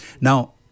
Now